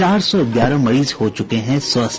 चार सौ ग्यारह मरीज हो चुके हैं स्वस्थ